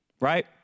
right